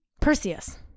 Perseus